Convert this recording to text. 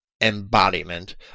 embodiment